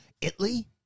Italy